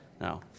No